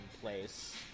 place